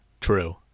True